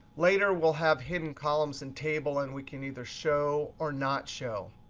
later we'll have hidden columns and table, and we can either show or not show.